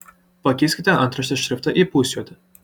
pakeiskite antraštės šriftą į pusjuodį